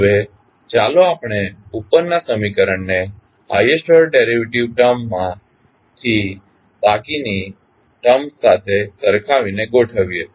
હવે ચાલો આપણે ઉપરના સમીકરણને હાઇએસ્ટ ઓર્ડર ડેરિવેટિવ ટર્મ થી બાકીના ટર્મ્સ સાથે સરખાવીને ગોઠવીએ